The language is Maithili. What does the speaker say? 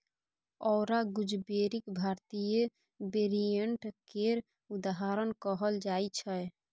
औरा गुजबेरीक भारतीय वेरिएंट केर उदाहरण कहल जाइ छै